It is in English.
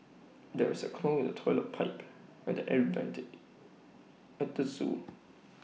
there is A clog in the Toilet Pipe and the air Vents at the Zoo